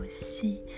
aussi